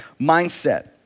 mindset